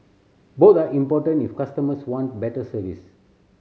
both are important if customers want better service